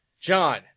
John